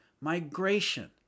Migration